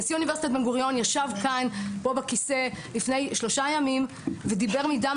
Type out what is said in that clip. נשיא אוניברסיטת בן גוריון ישב כאן בכיסא לפני שלושה ימים ודיבר מדם